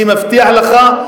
אני מבטיח לך,